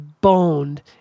boned